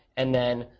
and then,